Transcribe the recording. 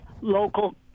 local